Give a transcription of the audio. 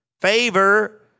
Favor